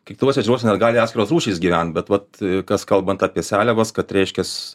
kituose ežeruose net gali atskiros rūšys gyvent bet vat kas kalbant apie seliavas kad reiškias